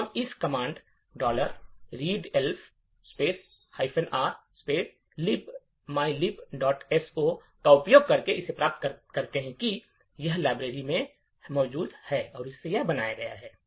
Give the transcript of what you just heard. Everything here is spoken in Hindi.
तो हम इस कमांड readelf r libmylibso का उपयोग करके इसे प्राप्त कर सकते हैं यह वह लाइब्रेरी है जिसे हमने बनाया है